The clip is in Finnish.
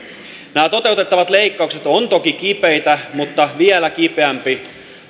nämä toteutettavat leikkaukset ovat toki kipeitä mutta vielä kipeämpi